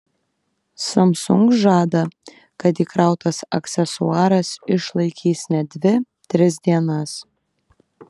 samsung žada kad įkrautas aksesuaras išlaikys net dvi tris dienas